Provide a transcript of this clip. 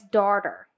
daughter